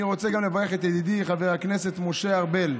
אני רוצה גם לברך את ידידי חבר הכנסת משה ארבל,